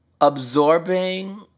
absorbing